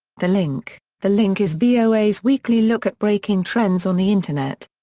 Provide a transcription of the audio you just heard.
the link the link is voa's weekly look at breaking trends on the internet.